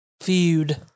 feud